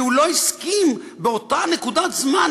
כי הוא לא הסכים באותה נקודת זמן,